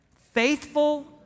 faithful